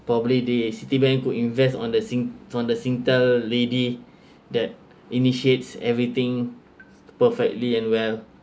probably the citibank could invest on the sing on the singtel lady that initiates everything perfectly and well